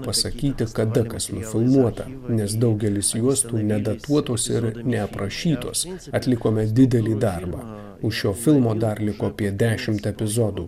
pasakyti kada kas nufilmuota nes daugelis juostų nedatuotos ir neaprašytos atlikome didelį darbą už šio filmo dar liko apie dešimt epizodų